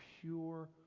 pure